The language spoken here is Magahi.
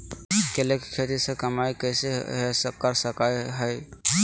केले के खेती से कमाई कैसे कर सकय हयय?